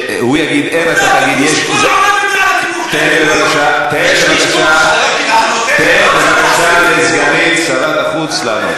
בכל אופן, מי שבעד ועדה יצביע בעד.